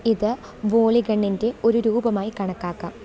ഇത് വോളിഗണ്ണിന്റെ ഒരു രൂപമായി കണക്കാക്കാം